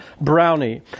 brownie